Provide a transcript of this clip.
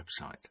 website